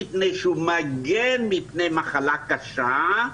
מפני שהוא מגן מפני מחלה קשה,